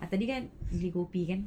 tadi kan beli kopi kan